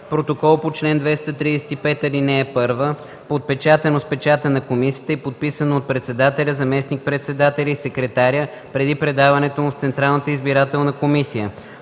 протокол по чл. 235, ал. 1, подпечатано с печата на комисията и подписано от председателя, заместник-председателя и секретаря, преди предаването му в Централната избирателна комисия.